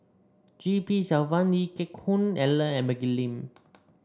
G P Selvam Lee Geck Hoon Ellen and Maggie Lim